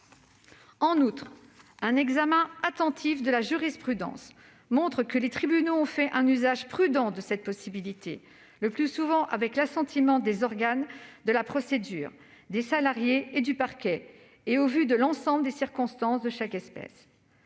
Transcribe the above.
En outre, un examen attentif de la jurisprudence montre que les tribunaux ont fait un usage prudent de cette possibilité, le plus souvent avec l'assentiment des organes de la procédure, des salariés et du parquet, et au vu de l'ensemble des circonstances de chaque espèce.